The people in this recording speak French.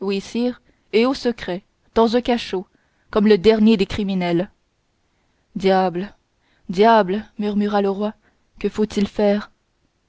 et au secret dans un cachot comme le dernier des criminels diable diable murmura le roi que faut-il faire